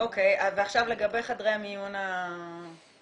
עכשיו לגבי חדרי המיון הכלליים?